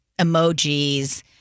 emojis